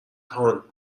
هان